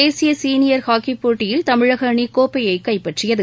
தேசிய சீனியர் ஹாக்கிப் போட்டியில் தமிழக அணி கோப்பையை கைப்பற்றியது